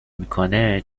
میکنه